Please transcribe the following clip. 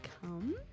come